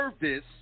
service